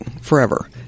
forever